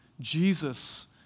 Jesus